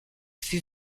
fut